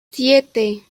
siete